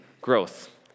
growth